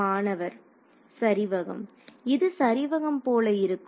மாணவர் சரிவகம் இது சரிவகம் போல இருக்கும்